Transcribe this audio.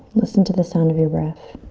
listen to the sound of your breath.